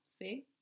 see